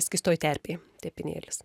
skystoj terpėj tepinėlis